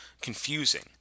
confusing